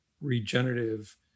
regenerative